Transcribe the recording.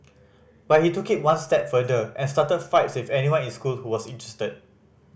but he took it one step further and started fights with anyone in school who was interested